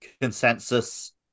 consensus